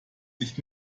sich